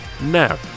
now